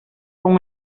con